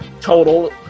total